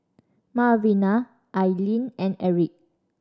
Malvina Ailene and Erik